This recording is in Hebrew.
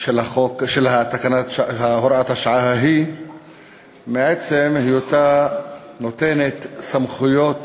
של הוראת השעה ההיא מעצם היותה נותנת סמכויות